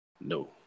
No